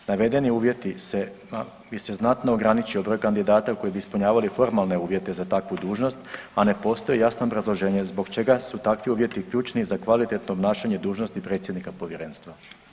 Navedeni uvjetima bi se znatno ograničio broj kandidata koji bi ispunjavali formalne uvjete za takvu dužnost, a ne postoji jasno obrazloženje zbog čega su takvi uvjeti ključni za kvalitetno obnašanje dužnosti predsjednika povjerenstva.